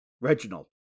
Reginald